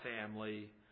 family